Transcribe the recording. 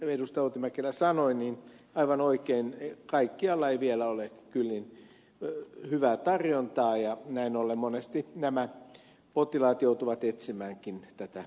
outi mäkelä sanoi oli aivan oikein että kaikkialla ei vielä ole kyllin hyvää tarjontaa ja näin ollen monesti nämä potilaat joutuvat etsimäänkin tätä